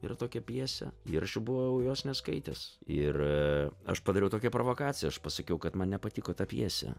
yra tokia pjesė ir aš buvau jos neskaitęs ir aš padariau tokią provokaciją aš pasakiau kad man nepatiko ta pjesė